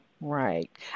Right